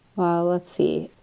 well, let's see.